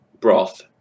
broth